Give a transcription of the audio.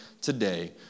today